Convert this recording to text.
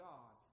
God